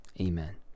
Amen